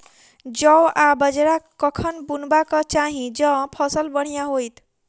जौ आ बाजरा कखन बुनबाक चाहि जँ फसल बढ़िया होइत?